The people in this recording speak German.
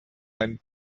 einen